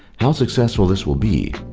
how successful this will be,